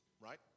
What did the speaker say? right